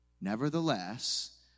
Nevertheless